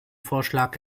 vorschlag